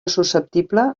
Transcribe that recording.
susceptible